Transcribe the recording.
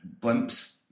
blimps